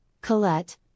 Colette